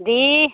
दे